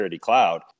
cloud